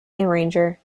arranger